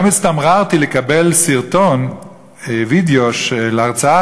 היום הצטמררתי לקבל סרטון וידיאו של הרצאה